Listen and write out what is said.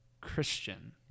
Christian